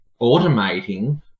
automating